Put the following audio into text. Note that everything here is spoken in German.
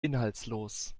inhaltslos